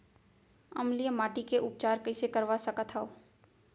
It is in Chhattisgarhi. अम्लीय माटी के उपचार कइसे करवा सकत हव?